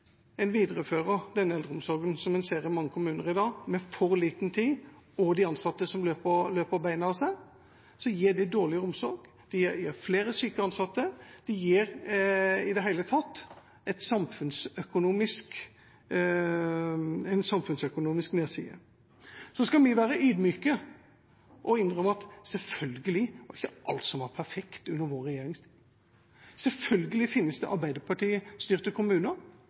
en viderefører den eldreomsorgen som en ser i mange kommuner i dag, med for lite tid og med ansatte som løper beina av seg, gir det dårligere omsorg, det gir flere syke ansatte, og det gir i det hele tatt en samfunnsøkonomisk nedside. Så skal vi være ydmyke og innrømme at selvfølgelig var ikke alt perfekt under vår regjering. Selvfølgelig finnes det arbeiderpartistyrte kommuner